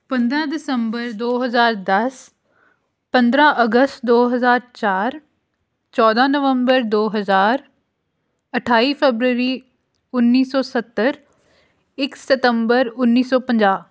ਪੰਦਰਾਂ ਦਸੰਬਰ ਦੋ ਹਜ਼ਾਰ ਦਸ ਪੰਦਰਾਂ ਅਗਸਤ ਦੋ ਹਜ਼ਾਰ ਚਾਰ ਚੌਦ੍ਹਾਂ ਨਵੰਬਰ ਦੋ ਹਜ਼ਾਰ ਅਠਾਈ ਫਰਵਰੀ ਉੱਨੀ ਸੌ ਸੱਤਰ ਇੱਕ ਸਤੰਬਰ ਉੱਨੀ ਸੌ ਪੰਜਾਹ